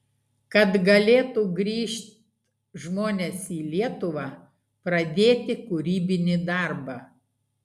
kad galėtų grįžt žmonės į lietuvą pradėti kūrybinį darbą